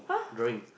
drawing